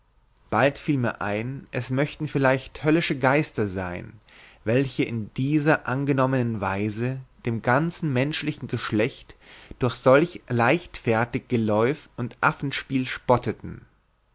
bald fiel mir ein es möchten vielleicht höllische geister sein welche in dieser angenommenen weise dem ganzen menschlichen geschlecht durch solch leichtfertig geläuf und affenspiel spotteten